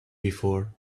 before